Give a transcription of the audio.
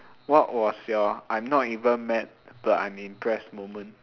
what was your I'm not even mad but I'm impressed moment